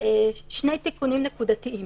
לחוקק אותם.